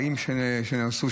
חיים שנהרסו,